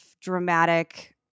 dramatic